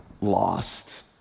lost